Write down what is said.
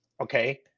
okay